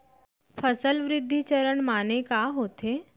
फसल वृद्धि चरण माने का होथे?